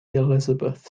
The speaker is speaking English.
elizabeth